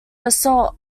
assault